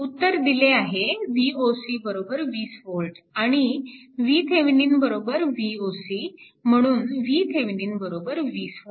उत्तर दिले आहे Voc 20V आणि VThevenin Voc म्हणून VThevenin 20V